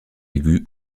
aigu